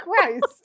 Christ